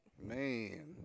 Man